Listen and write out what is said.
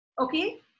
Okay